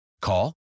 Call